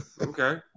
Okay